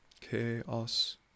Chaos